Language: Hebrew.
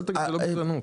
אל תגיד, זה לא גזענות.